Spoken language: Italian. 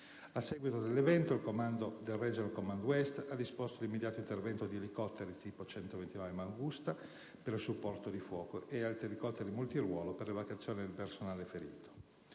A seguito dell'evento, il comando del *Regional Command West* ha disposto l'immediato intervento di elicotteri tipo A129 Mangusta per il supporto di fuoco, di altri elicotteri multiruolo per l'evacuazione del personale ferito,